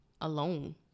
alone